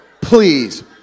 Please